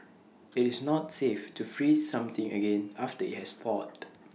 IT is not safe to freeze something again after IT has thawed